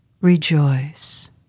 rejoice